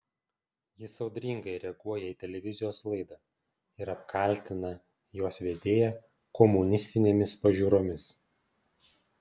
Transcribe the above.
jis audringai reaguoja į televizijos laidą ir apkaltina jos vedėją komunistinėmis pažiūromis